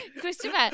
Christopher